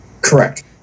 correct